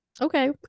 Okay